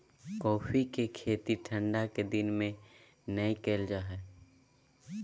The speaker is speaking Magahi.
कॉफ़ी के खेती ठंढा के दिन में नै कइल जा हइ